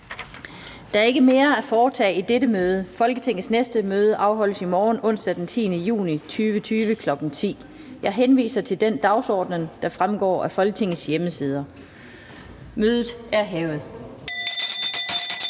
Der er ikke mere at foretage i dette møde. Folketingets næste møde afholdes i morgen, onsdag den 10. juni 2020, kl. 10.00. Jeg henviser til den dagsorden, der fremgår af Folketingets hjemmeside. Mødet er hævet.